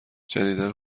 جدیدا